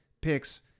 picks